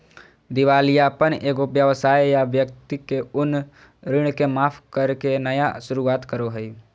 दिवालियापन एगो व्यवसाय या व्यक्ति के उन ऋण के माफ करके नया शुरुआत करो हइ